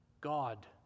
God